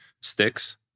sticks